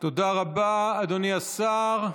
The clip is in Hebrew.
תודה רבה, אדוני השר.